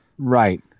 Right